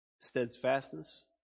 Steadfastness